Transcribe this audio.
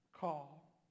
call